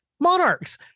monarchs